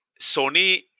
Sony